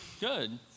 good